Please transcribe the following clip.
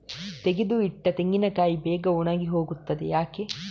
ತೆಗೆದು ಇಟ್ಟ ತೆಂಗಿನಕಾಯಿ ಬೇಗ ಒಣಗಿ ಹೋಗುತ್ತದೆ ಯಾಕೆ?